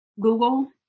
Google